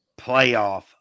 playoff